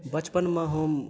बचपन मे हम